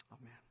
Amen